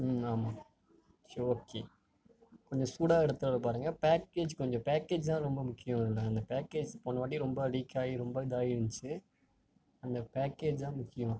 ம் ஆமாம் சேரி ஓகே கொஞ்சம் சூடாக எடுத்துகிட்டு வரப்பாருங்க பேக்கேஜ் கொஞ்சம் பேக்கேஜ் தான் ரொம்ப முக்கியம் இதில் அந்த பேக்கேஜ் போனவாட்டி ரொம்ப அது லீக் ஆகி ரொம்ப இதாகி இருந்துச்சி அந்த பேக்கேஜ் தான் முக்கியம்